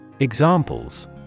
Examples